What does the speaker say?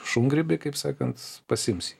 šungrybį kaip sakant pasiims jį